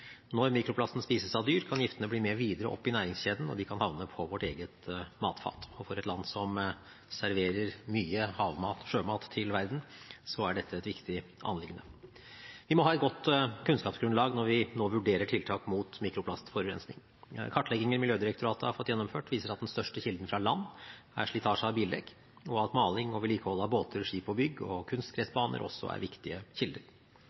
Når mikroplasten spises av dyr, kan giftene bli med videre opp i næringskjeden, og de kan havne på vårt eget matfat. For et land som serverer mye sjømat til verden, er dette et viktig anliggende. Vi må ha et godt kunnskapsgrunnlag når vi nå vurderer tiltak mot mikroplastforurensning. Kartlegginger Miljødirektoratet har fått gjennomført, viser at den største kilden fra land er slitasje av bildekk, og at maling og vedlikehold av båter, skip og bygg og kunstgressbaner også er viktige kilder.